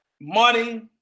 money